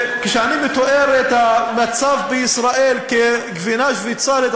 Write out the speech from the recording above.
כשאני מתאר את המצב בישראל כגבינה שוויצרית,